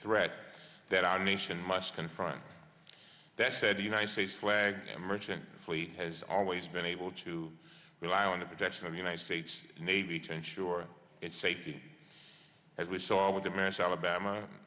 threat that our nation must confront that said united states flag merchant fleet has always been able to rely on the protection of the united states navy to ensure its safety as we saw with the mass alabama